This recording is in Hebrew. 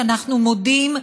שאנחנו מודים,